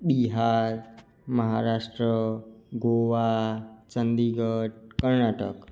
Bihar Maharashtra Goa Chandigarh Karnataka